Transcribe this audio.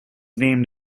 named